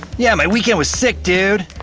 yeah, my weekend was sick, dude.